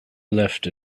left